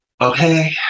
Okay